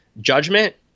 judgment